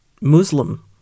Muslim